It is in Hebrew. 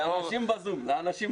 לאנשים בזום.